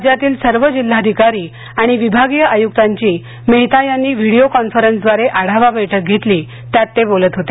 राज्यातील सर्व जिल्हाधिकारी आणि विभागीय आयुक्तांची मेहता यांनी व्हिडीओ कॉन्फरन्सद्वारे आढावा बैठक घेतली त्यात ते बोलत होते